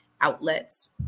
outlets